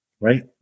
right